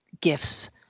gifts